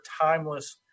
timeless